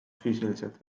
füüsiliselt